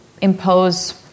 impose